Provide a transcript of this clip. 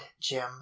jim